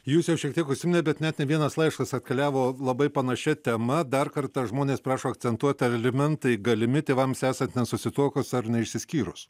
jūs jau šiek tiek užsiminėt bet net ne vienas laiškas atkeliavo labai panašia tema dar kartą žmonės prašo akcentuoti alimentai galimi tėvams esant nesusituokus ar neišsiskyrus